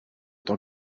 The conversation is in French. tant